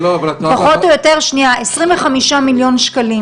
פחות או יותר עשרים וחמישה מיליון שקלים